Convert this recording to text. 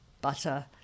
butter